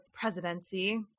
presidency